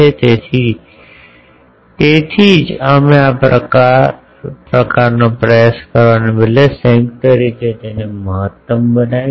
તેથી તેથી જ અમે આ કરવાનો પ્રયાસ કરવાને બદલે સંયુક્ત રીતે તેને મહત્તમ બનાવીશું